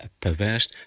perverse